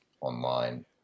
online